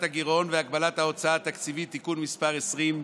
הגירעון והגבלת ההוצאה התקציבית (תיקון מס' 20)